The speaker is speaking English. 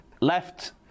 left